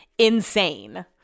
insane